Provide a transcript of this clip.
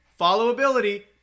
followability